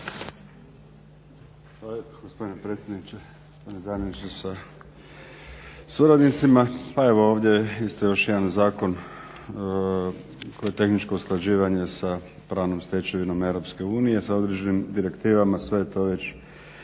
Hvala i vama.